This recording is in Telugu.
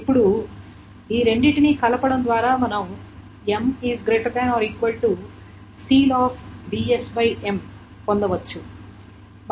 ఇప్పుడు ఈ రెండింటినీ కలపడం ద్వారా మనం పొందవచ్చు